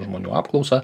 žmonių apklausą